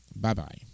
Bye-bye